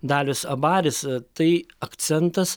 dalius abaris tai akcentas